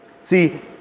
See